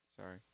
Sorry